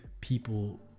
people